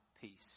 peace